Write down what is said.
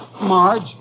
Marge